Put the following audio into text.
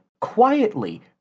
quietly